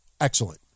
excellent